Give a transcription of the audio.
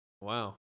wow